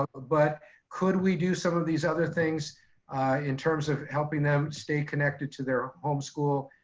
ah but could we do some of these other things in terms of helping them stay connected to their homeschool?